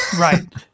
right